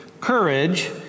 Courage